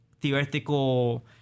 theoretical